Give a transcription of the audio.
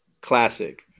Classic